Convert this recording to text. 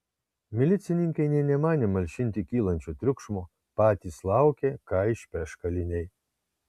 milicininkai nė nemanė malšinti kylančio triukšmo patys laukė ką išpeš kaliniai